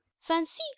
fancy